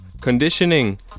conditioning